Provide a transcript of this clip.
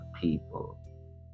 people